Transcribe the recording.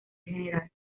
general